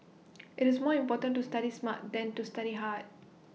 IT is more important to study smart than to study hard